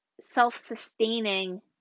self-sustaining